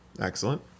Excellent